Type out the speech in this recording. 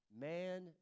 man